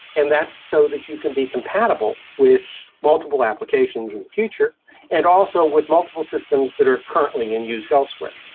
and that's so that you can be compatible with multiple applications in the future and also with multiple systems that are currently in use elsewhere.